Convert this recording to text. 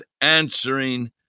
answering